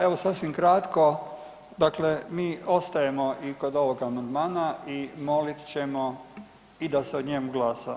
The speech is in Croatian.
Evo sasvim kratko, dakle mi ostajemo i kod ovog amandmana i molit ćemo i da se o njemu glasa.